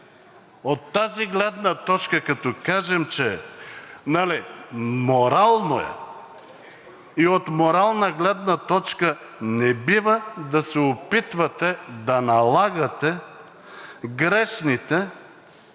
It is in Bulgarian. от тази гледна точка, като кажем, че нали, морално е и от морална гледна точка не бива да се опитвате да налагате грешните